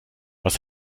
was